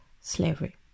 slavery